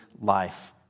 life